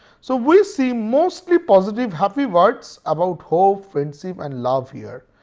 so we see mostly positive happy words about hope, friendship and love here.